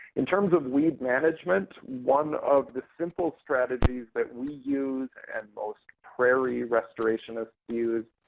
in terms of weed management, one of the simple strategies that we use, and most prairie restorationists use,